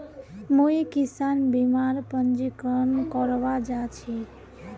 मुई किसान बीमार पंजीकरण करवा जा छि